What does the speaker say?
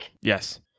yes